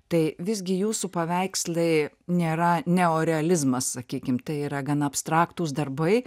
tai visgi jūsų paveikslai nėra neorealizmas sakykim tai yra gana abstraktūs darbai